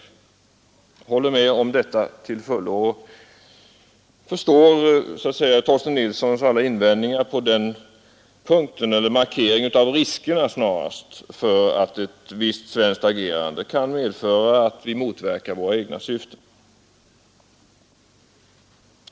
Jag håller med om detta till fullo och förstår Torsten Nilssons markering av riskerna för att ett visst svenskt agerande kan medföra att vi motverkar våra egna syften.